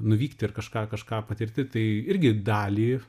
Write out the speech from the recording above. nuvykti ir kažką kažką patirti tai irgi dalį